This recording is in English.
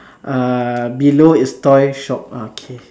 ah below is toy shop ah K